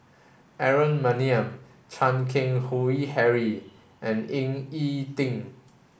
Aaron Maniam Chan Keng Howe Harry and Ying E Ding